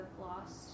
lost